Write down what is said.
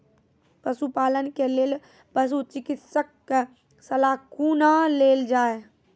पशुपालन के लेल पशुचिकित्शक कऽ सलाह कुना लेल जाय?